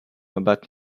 about